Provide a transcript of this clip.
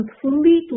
completely